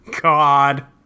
god